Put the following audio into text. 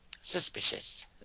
suspicious